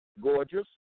gorgeous